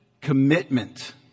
commitment